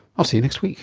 i'll see you next week